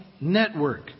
network